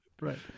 Right